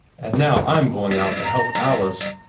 and now i'm going out to help alice.